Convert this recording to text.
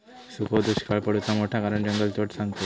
सुखो दुष्काक पडुचा मोठा कारण जंगलतोड सांगतत